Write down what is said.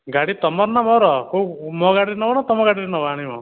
ଗାଡ଼ି ତୁମର ନା ମୋର କେଉଁ ମୋ ଗାଡ଼ିରେ ନେବ ନା ତୁମ ଗାଡ଼ିରେ ନେବ ଆଣିବ